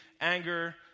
anger